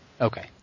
Okay